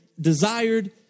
desired